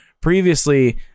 previously